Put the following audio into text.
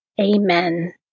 Amen